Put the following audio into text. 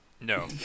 no